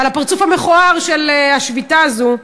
על הפרצוף המכוער של השביתה הזאת,